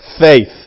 Faith